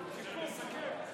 זה מסכם.